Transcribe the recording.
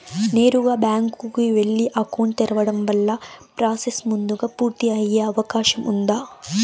నేరుగా బ్యాంకు కు వెళ్లి అకౌంట్ తెరవడం వల్ల ప్రాసెస్ ముందుగా పూర్తి అయ్యే అవకాశం ఉందా?